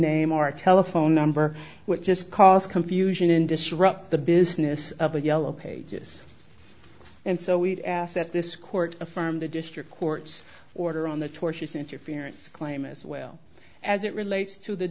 name or a telephone number was just cause confusion and disrupt the business of the yellow pages and so we'd ask that this court affirm the district court's order on the tortious interference claim as well as it relates to the